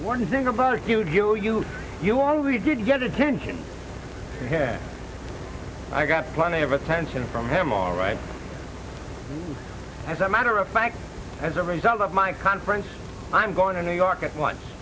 one thing about acute you you you already did get attention i got plenty of attention from him all right as a matter of fact as a result of my conference i'm going to new york at on